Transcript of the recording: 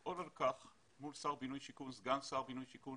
וזה לפעול לכך מול סגן שר הבינוי והשיכון